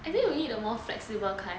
and then you need a more flexible kind